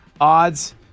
odds